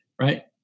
right